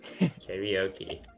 Karaoke